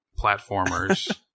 platformers